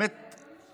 אימא שלך רופאה.